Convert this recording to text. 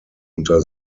unter